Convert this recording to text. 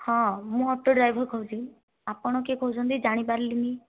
ହଁ ମୁଁ auto driver କହୁଛି ଆପଣ କିଏ କହୁଛନ୍ତି ଜାଣିପାରିଲିନି